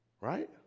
right